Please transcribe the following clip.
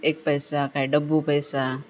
एक पैसा काय डब्बू पैसा